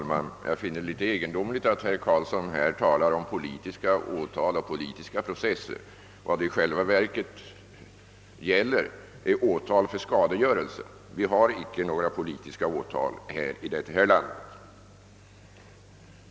Herr talman! Jag finner det litet egendomligt att herr Karlsson i Huddinge talar om politiska åtal och poli tiska processer. Vad det i själva verket gäller är åtal för skadegörelse. Vi har icke några politiska åtal i detta land.